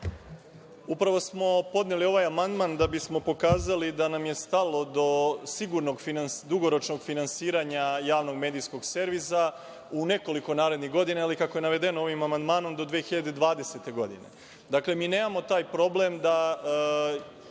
Upravo smo podneli ovaj amandman da bismo pokazali da nam je stalo do sigurnog dugoročnog finansiranja Javnog medijskog servisa u nekoliko narednih godina ili, kako je navedeno ovim amandmanom, do 2020. godine. Dakle, mi nemamo taj problem da